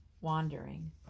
wandering